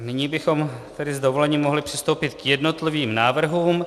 Nyní bychom s dovolením mohli přistoupit k jednotlivým návrhům.